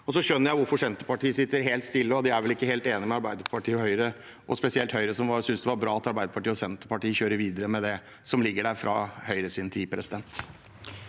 Jeg skjønner også hvorfor Senterpartiet sitter helt stille. De er vel ikke helt enig med Arbeiderpartiet og Høyre. Spesielt Høyre synes nok det er bra at Arbeiderpartiet og Senterpartiet kjører videre med det som ligger der fra Høyres tid. Presidenten